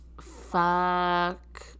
Fuck